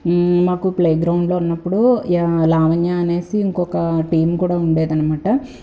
నాకు ప్లే గ్రౌండ్లో ఉన్నప్పుడు లావణ్య అనేసి ఇంకొక టీం కూడా ఉండేది అనమాట